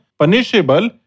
punishable